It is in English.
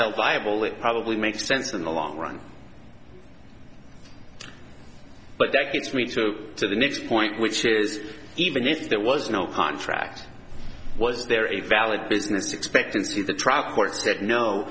health viable it probably makes sense in the long run but that gets me to go to the next point which is even if there was no contract was there a valid business expectancy of the